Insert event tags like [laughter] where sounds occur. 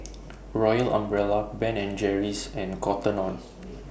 [noise] Royal Umbrella Ben and Jerry's and Cotton on